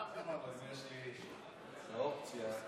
יש לי את האופציה,